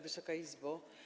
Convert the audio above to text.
Wysoka Izbo!